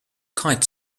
kite